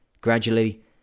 Gradually